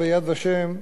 11 ביוני,